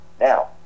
Now